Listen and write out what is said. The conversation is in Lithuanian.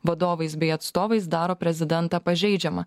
vadovais bei atstovais daro prezidentą pažeidžiamą